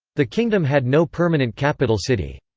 the kingdom had no permanent capital city.